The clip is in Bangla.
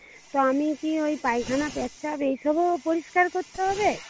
তো আমি কি ওই পায়খানা পেচ্ছাপ এইসবও পরিষ্কার করতে হবে